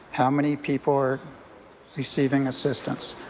how many people are receiving assistance?